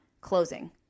closing